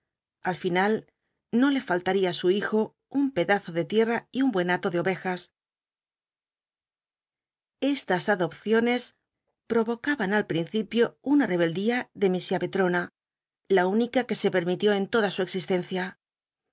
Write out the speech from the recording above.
al final no le faltaría á su bijo un pedazo de tierra y un buen hato de ovejas estas adopciones provocaron al principio una rebeldía de misiá petrona la única que se permitió en toda su existencia